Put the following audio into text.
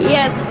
Yes